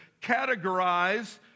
categorize